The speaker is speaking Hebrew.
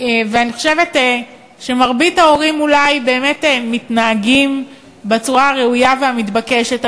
אני חושבת שמרבית ההורים אולי באמת מתנהגים בצורה הראויה והמתבקשת,